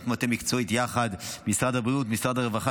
מטה מקצועית יחד עם משרד הבריאות ומשרד הרווחה,